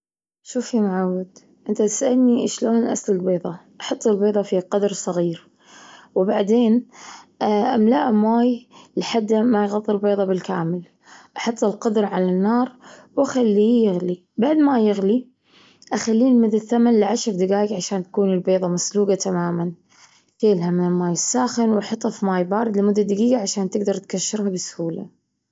شوف يا معود، أنت تسألني شلون أسلج بيضة. أحط البيضة في قدر صغير، وبعدين أملاه ماي لحد ما يغطي البيضة بالكامل، أحط القدر على النار وأخليه يغلي. بعد ما يغلي أخليه لمدة ثمن لعشر دجايج عشان تكون البيضة مسلوجة تماما. شيلها من الماي الساخن ونحطها في ماي بارد لمدة دقيقة عشان تقدر تجشرها بسهولة.